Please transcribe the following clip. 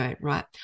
right